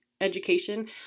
education